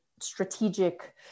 strategic